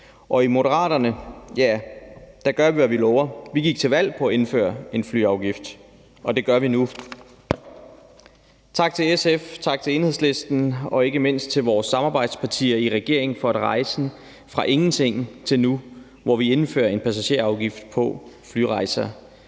og i Moderaterne gør vi, hvad vi lover. Vi gik til valg på at indføre en flyafgift, og det gør vi nu. Tak til SF, tak til Enhedslisten og ikke mindst også tak til vores samarbejdspartier i regeringen for rejsen fra ingenting til nu, hvor vi indfører en passagerafgift på flyrejser.